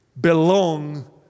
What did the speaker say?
belong